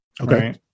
Okay